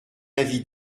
avis